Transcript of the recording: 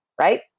right